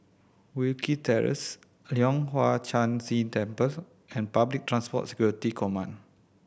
Wilkie Terrace Leong Hwa Chan Si Temple and Public Transport Security Command